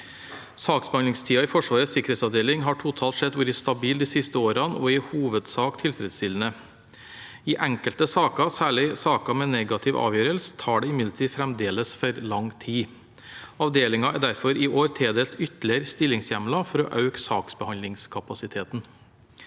Saksbehandlingstiden i Forsvarets sikkerhetsavdeling har totalt sett vært stabil de siste årene og i hovedsak tilfredsstillende. I enkelte saker, særlig saker med negativ avgjørelse, tar det imidlertid fremdeles for lang tid. Avdelingen er derfor i år tildelt ytterligere stillingshjemler for å øke saksbehandlingskapasiteten.